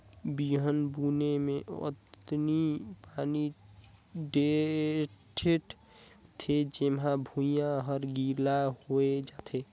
बिहन बुने मे अतनी पानी टेंड़ थें जेम्हा भुइयां हर गिला होए जाये